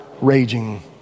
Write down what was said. raging